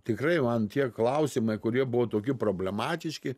tikrai man tie klausimai kurie buvo toki problematiški